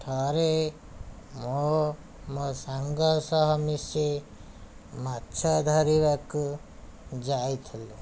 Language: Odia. ଥରେ ମୁଁ ମୋ ସାଙ୍ଗ ସହ ମିଶି ମାଛ ଧରିବାକୁ ଯାଇଥିଲି